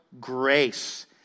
grace